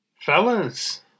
Fellas